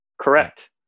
Correct